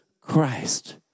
Christ